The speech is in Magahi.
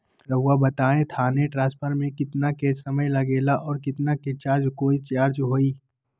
रहुआ बताएं थाने ट्रांसफर में कितना के समय लेगेला और कितना के चार्ज कोई चार्ज होई?